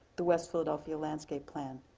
the west philadelphia landscape plan,